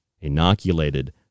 inoculated